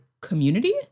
community